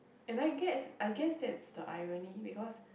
and I guess I guess that's the irony because